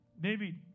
David